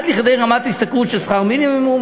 עד לכדי רמת השתכרות של שכר מינימום.